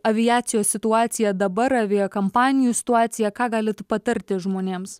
aviacijos situaciją dabar aviakampanijų situaciją ką galit patarti žmonėms